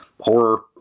horror